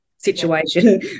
situation